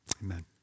Amen